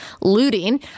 looting